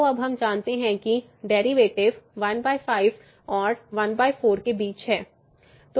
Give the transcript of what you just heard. तो अब हम जानते हैं कि डेरिवेटिव 15 और 14 के बीच है